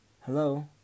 Hello